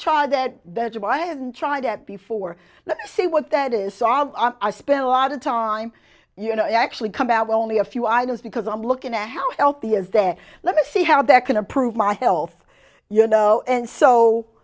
char that that's why i haven't tried that before see what that is salve i spent a lot of time you know actually come out only a few items because i'm looking at how healthy is that let me see how that can improve my health you know and so